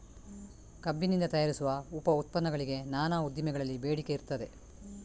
ಕಬ್ಬಿನಿಂದ ತಯಾರಿಸುವ ಉಪ ಉತ್ಪನ್ನಗಳಿಗೆ ನಾನಾ ಉದ್ದಿಮೆಗಳಲ್ಲಿ ಬೇಡಿಕೆ ಇರ್ತದೆ